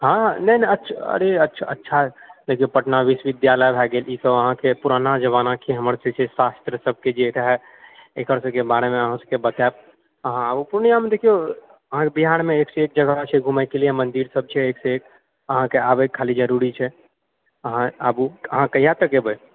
हँ नहि नहि अछ अरे अच्छा अच्छा देखिऔ पटना विश्विद्यालय भए गेल ई सभ अहाँकऽ पुराना जमानाके हमर जे छै शास्त्र सबकेँ जे रहए एकर सभहक बारेमे अहाँ सबकेँ बताएब अहाँ आउ पूर्णियामे देखिऔ अहाँकेँ बिहारमे एक से एक जगह छै घुमए कऽ लिअऽ मन्दिर सब छै एक से एक अहाँकेँ आबए कऽ खाली जरूरी छै अहाँ आबु अहाँ कहिआ तक एबै